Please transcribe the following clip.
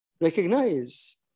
recognize